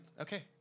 Okay